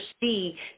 see